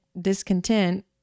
Discontent